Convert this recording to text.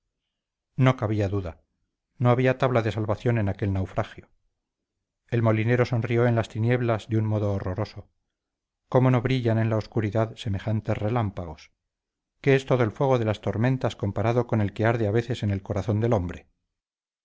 no cabía duda no había tabla de salvación en aquel naufragio el molinero sonrió en las tinieblas de un modo horroroso cómo no brillan en la oscuridad semejantes relámpagos qué es todo el fuego de las tormentas comparado con el que arde a veces en el corazón del hombre